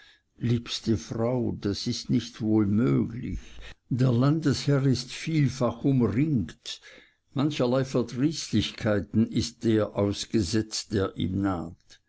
liebste frau das ist nicht wohl möglich der landesherr ist vielfach umringt mancherlei verdrießlichkeiten ist der ausgesetzt der ihm naht